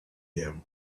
him